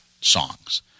songs